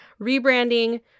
rebranding